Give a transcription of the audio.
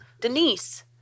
Denise